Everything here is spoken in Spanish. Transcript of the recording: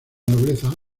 nobleza